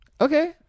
okay